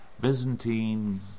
Byzantine